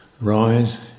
rise